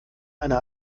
eine